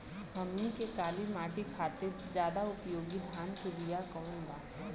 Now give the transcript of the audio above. हमनी के काली माटी खातिर ज्यादा उपयोगी धान के बिया कवन बा?